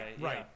Right